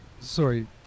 sorry